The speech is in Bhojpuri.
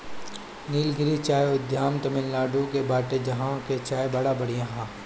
निलगिरी चाय उद्यान तमिनाडु में बाटे जहां के चाय बड़ा बढ़िया हअ